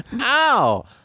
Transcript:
Ow